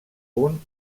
punt